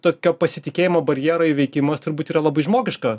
tokio pasitikėjimo barjero įveikimas turbūt yra labai žmogiška